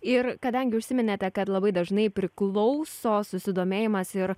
ir kadangi užsiminėte kad labai dažnai priklauso susidomėjimas ir